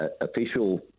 official